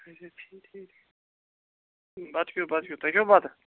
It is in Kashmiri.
اچھا ٹھیٖک ٹھیٖک بَتہٕ کھیٚو بَتہٕ کھیٚو تۄہہِ کھیٚوٕ بَتہٕ